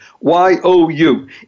Y-O-U